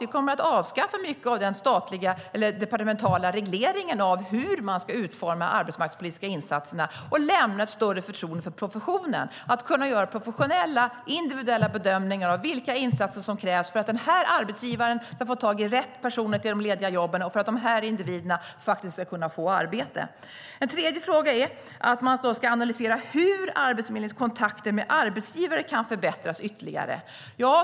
Vi kommer att avskaffa mycket av den departementala regleringen av hur man ska utforma de arbetsmarknadspolitiska insatserna och lämna ett större förtroende för professionen att göra professionella individuella bedömningar av vilka insatser som krävs för att en arbetsgivare ska få tag på rätt personer till de lediga jobben och för att individer faktiskt ska få arbete. En tredje fråga är att analysera hur Arbetsförmedlingens kontakter med arbetsgivare kan förbättras ytterligare.